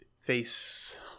Face